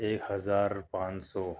ایک ہزار پانچ سو